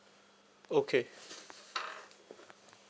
okay